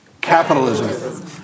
Capitalism